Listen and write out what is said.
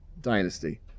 dynasty